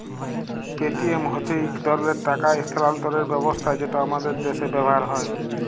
Paytm হছে ইক ধরলের টাকা ইস্থালাল্তরের ব্যবস্থা যেট আমাদের দ্যাশে ব্যাভার হ্যয়